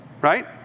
right